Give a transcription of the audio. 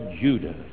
Judah